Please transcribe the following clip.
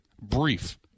brief